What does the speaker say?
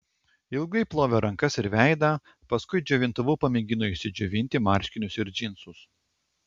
ilgai plovė rankas ir veidą paskui džiovintuvu pamėgino išsidžiovinti marškinius ir džinsus